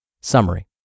Summary